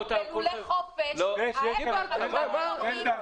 שבלולי חופש ------ יש פה אג'נדה